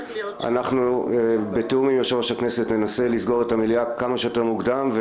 אנחנו בתיאום עם יושב-ראש הכנסת ננסה לסגור את המליאה כמה שיותר מוקדם.